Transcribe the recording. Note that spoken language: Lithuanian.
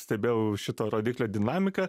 stebėjau šito rodiklio dinamiką